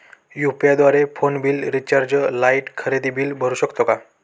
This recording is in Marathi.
यु.पी.आय द्वारे फोन बिल, रिचार्ज, लाइट, खरेदी बिल भरू शकतो का?